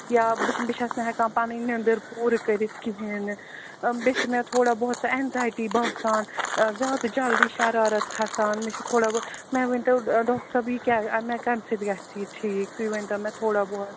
یا بہٕ بہٕ چھَس نہٕ ہٮ۪کان پَنٕنۍ نِنٛدٕر پوٗرٕ کٔرِتھ کِہیٖنۍ نہٕ بیٚیہِ چھُ مےٚ تھوڑا بہت سُہ اٮ۪نزایٹی باسان زیادٕ جلدی شَرارت کھَسان مےٚ چھُ تھوڑا بہت مےٚ ؤنۍ تَو ڈاکٹر صٲب یہِ کیاہ مےٚ کٔمۍ سۭتۍ گژھِ یہِ ٹھیٖک تُہۍ ؤنۍ تو مےٚ تھوڑا بہت